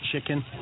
chicken